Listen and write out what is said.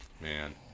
man